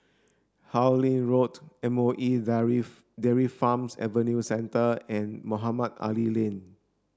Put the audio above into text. Harlyn Road M O E Dairy Farm Adventure Centre and Mohamed Ali Lane